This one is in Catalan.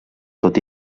tot